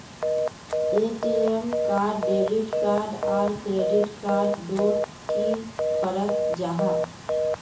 ATM card debit card आर credit card डोट की फरक जाहा?